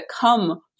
come